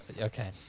Okay